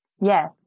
Yes